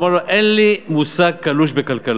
הוא אמר לו: אין לי מושג קלוש בכלכלה.